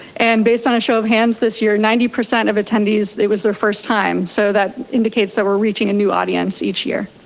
and based on a show of hands this year, ninety percent of attendees, it was their first time. so that indicates that we're reaching a new audience each year.